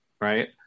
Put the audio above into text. right